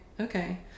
okay